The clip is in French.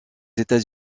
états